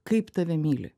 kaip tave myli